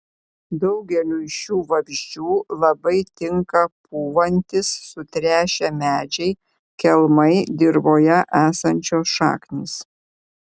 daugeliui šių vabzdžių labai tinka pūvantys sutrešę medžiai kelmai dirvoje esančios šaknys